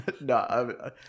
No